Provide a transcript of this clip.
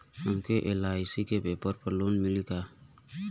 हमके एल.आई.सी के पेपर पर लोन मिली का?